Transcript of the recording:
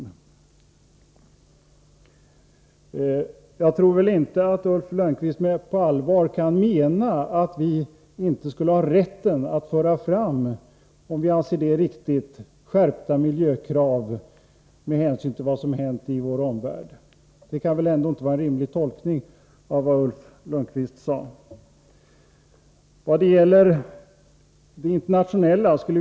Ulf Lönnqvist kan väl inte på allvar mena att vi, trots att vi anser det riktigt, inte skulle ha rätt att föra fram skärpta miljökrav med hänsyn till vad som har hänt i vår omvärld. Det kan väl ändå inte vara en rimlig tolkning av vad Ulf Lönnqvist sade.